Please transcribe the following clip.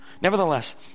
Nevertheless